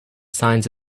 signs